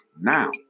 now